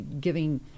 giving